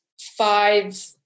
five